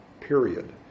period